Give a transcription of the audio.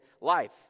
life